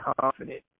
confident